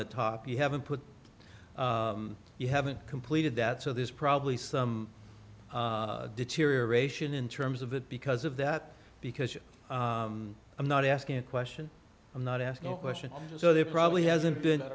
the top you haven't put you haven't completed that so there's probably some deterioration in terms of it because of that because i'm not asking a question i'm not asking a question so there probably hasn't been